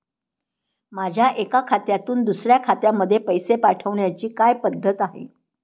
माझ्या एका खात्यातून दुसऱ्या खात्यामध्ये पैसे पाठवण्याची काय पद्धत आहे?